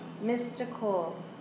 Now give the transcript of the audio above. mystical